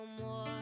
more